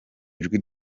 ijwi